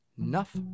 Enough